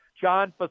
John